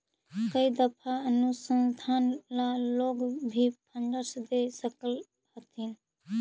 कई दफा अनुसंधान ला लोग भी फंडस दे सकअ हथीन